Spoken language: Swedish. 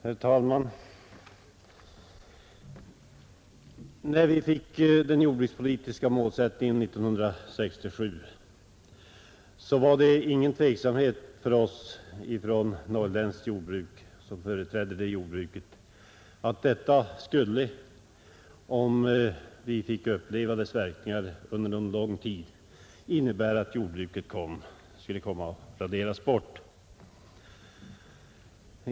Herr talman! När vi fick den jordbrukspolitiska målsättningen 1967 fanns det ingen tveksamhet hos oss som företrädde norrländskt jordbruk om att den, om vi fick uppleva dess verkningar under en lång tid, skulle innebära att jordbruket skulle komma att raderas bort.